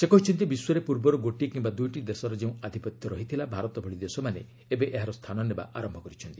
ସେ କହିଛନ୍ତି ବିଶ୍ୱରେ ପୂର୍ବରୁ ଗୋଟିଏ କିମ୍ବା ଦୁଇଟି ଦେଶର ଯେଉଁ ଆଧିପତ୍ୟ ରହିଥିଲା ଭାରତ ଭଳି ଦେଶମାନେ ଏବେ ଏହାର ସ୍ଥାନ ନେବା ଆରମ୍ଭ କରିଛନ୍ତି